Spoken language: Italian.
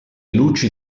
luci